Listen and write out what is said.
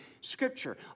Scripture